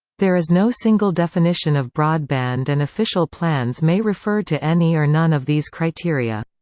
there is no single definition of broadband and official plans may refer to any or none of these criteria.